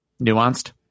Nuanced